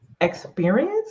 experience